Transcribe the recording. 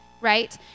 right